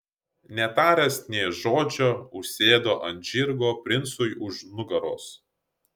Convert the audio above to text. netaręs nė žodžio užsėdo ant žirgo princui už nugaros